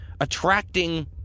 attracting